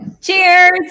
Cheers